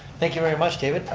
thank you very much david.